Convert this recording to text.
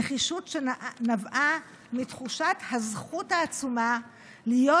נחישות שנבעה מתחושת הזכות העצומה להיות